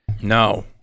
No